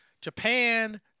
Japan